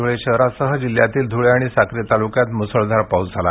धुळे शहरासह जिल्ह्यातील धुळे आणि साक्री तालुक्यात म्सळधार पाऊस झाला